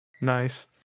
Nice